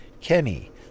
Kenny